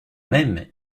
même